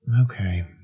Okay